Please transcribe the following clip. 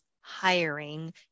hiring